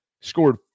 scored